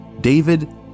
David